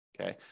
Okay